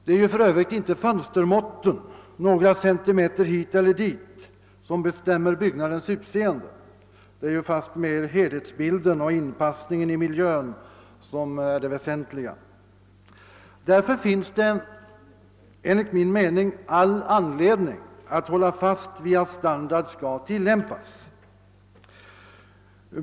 Det är för övrigt inte fönstermåtten — några centimeter hit eller dit — som bestämmer byggnadens utseende; det är ju fastmer helhetsbilden och inpassningen i miljön som är det väsentliga. Därför finns det enligt min mening all anledning att hålla fast vid att standard skall tilllämpas.